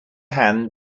hand